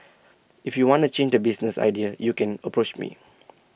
if you wanna change the business idea you can approach me